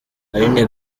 aline